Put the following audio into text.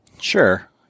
Sure